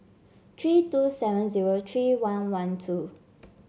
three two seven zero three one one two